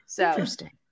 Interesting